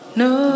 no